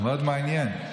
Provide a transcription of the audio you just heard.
מאוד מעניין.